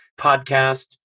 podcast